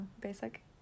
Basic